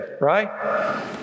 Right